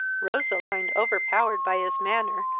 roseline, overpowered by his manner,